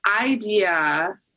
idea